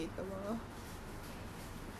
because it's singapore